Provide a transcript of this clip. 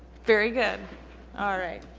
very good all right.